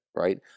Right